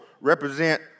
represent